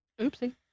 Oopsie